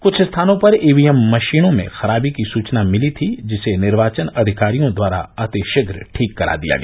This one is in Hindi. क्छ स्थानों पर ईवीएम मशीनों में खराबी की सूचना मिली जिसे निर्वाचन अधिकारियों द्वारा अतिशीघ्र ठीक करा दिया गया